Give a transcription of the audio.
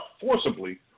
forcibly